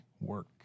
work